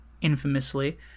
infamously